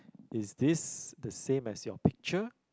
is this the same as your picture